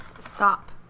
Stop